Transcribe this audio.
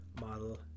Model